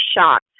shocked